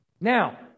Now